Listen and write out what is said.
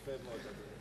יפה מאוד, אדוני.